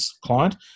client